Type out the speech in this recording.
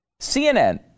CNN